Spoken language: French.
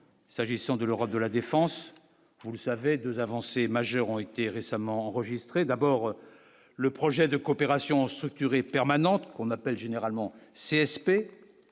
s'agissant de l'Europe de la défense, vous le savez, 2 avancées majeures ont été récemment enregistré d'abord le projet de coopération structurée permanente qu'on appelle généralement CSP,